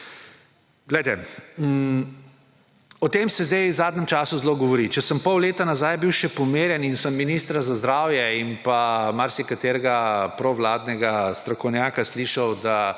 o tem se zdaj v zadnjem času zelo govori. Če sem pol leta nazaj bil še pomirjen in sem ministra za zdravje in marsikaterega provladnega strokovnjaka slišal, da